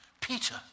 Peter